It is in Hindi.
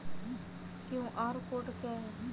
क्यू.आर कोड क्या है?